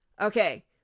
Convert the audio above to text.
okay